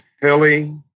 hilly